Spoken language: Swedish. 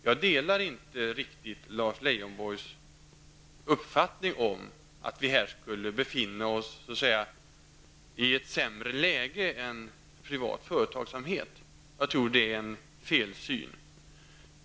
Jag delar inte riktigt Lars Leijonborgs uppfattning om att vi här skulle befinna oss i ett sämre läge än privat företagsamhet. Jag tror det är en felsyn.